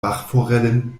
bachforellen